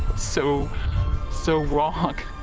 so so wrong,